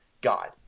God